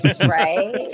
right